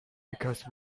because